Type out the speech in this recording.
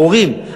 ההורים,